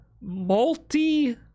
multi